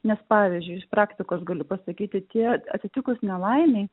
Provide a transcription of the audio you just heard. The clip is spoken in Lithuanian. nes pavyzdžiui iš praktikos galiu pasakyti kiek atsitikus nelaimei